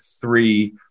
three